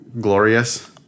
glorious